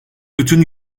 bütün